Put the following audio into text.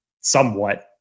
somewhat